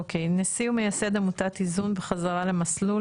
אוקיי נשיא ומייסד עמותת איזון בחזקה למסלול ,